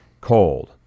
cold